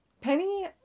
Penny